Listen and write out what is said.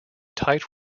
tight